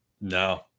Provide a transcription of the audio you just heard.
No